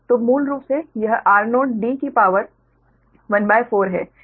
तो मूल रूप से यह r0d की शक्ति ¼ है